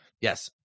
yes